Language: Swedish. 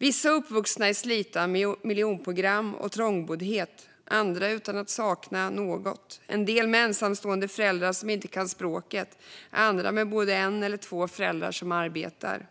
Vissa är uppvuxna i slitna miljonprogram och trångboddhet, andra utan att sakna något. En del har ensamstående föräldrar som inte kan språket, andra har både en och två föräldrar som arbetar.